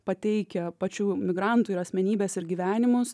pateikia pačių migrantų ir asmenybes ir gyvenimus